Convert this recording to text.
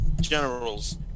generals